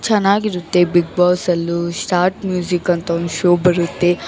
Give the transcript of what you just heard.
ಚೆನ್ನಾಗಿರುತ್ತೆ ಬಿಗ್ ಬಾಸಲ್ಲು start music ಅಂತ ಒಂದು ಶೋ ಬರುತ್ತೆ